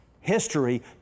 history